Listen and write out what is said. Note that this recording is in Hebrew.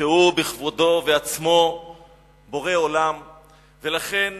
שהוא בכבודו ובעצמו בורא עולם ולכן